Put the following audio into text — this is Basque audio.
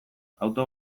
auto